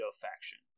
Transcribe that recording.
Faction